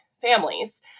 families